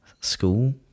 school